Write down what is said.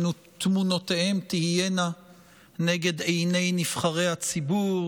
שתמונותיהם תהיינה נגד עיני נבחרי הציבור